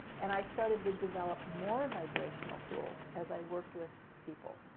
and i started to develop more vibrational tools as i worked with people,